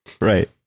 right